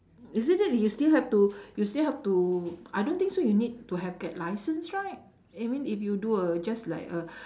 isn't that you still have to you still have to I don't think so you need to have get license right I mean if you do a just like a